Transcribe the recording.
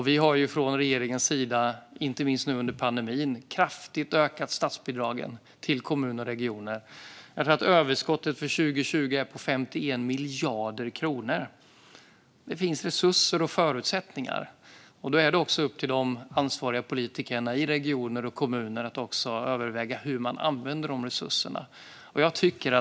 Vi har från regeringens sida, inte minst under pandemin, kraftigt ökat statsbidragen till kommuner och regioner. Jag tror att överskottet för 2020 är 51 miljarder kronor. Det finns alltså resurser och förutsättningar, och då är det upp till ansvariga politiker i regioner och kommuner att överväga hur man använder dessa resurser.